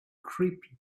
creepy